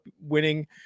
winning